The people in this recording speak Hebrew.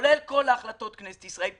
כולל כל החלטות כנסת ישראל,